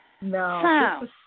No